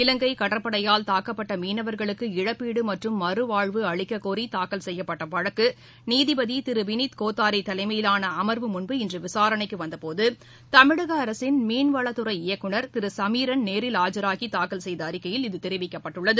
இலங்கை கடற்படையால் தாக்கப்பட்ட மீனவர்களுக்கு இழப்பீடு மற்றும் மறுவாழ்வு அளிக்கக்கோரி தாக்கல் செய்யப்பட்ட வழக்கு நீதிபதி திரு வினித் கோத்தாரி தலைமையிலான அமர்வு முன் இன்று விசாரணைக்கு வந்தபோது தமிழக அரசின் மீன்வளத்துறை இயக்குனர் திரு சமீரன் நேரில் ஆஜராகி தாக்கல் செய்த அறிக்கையில் இது தெரிவிக்கப்பட்டுள்ளது